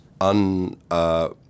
un